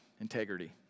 Integrity